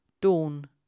Dawn